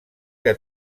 que